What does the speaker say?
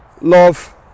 love